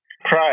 price